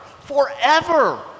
forever